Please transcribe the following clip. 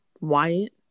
Wyatt